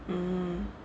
mmhmm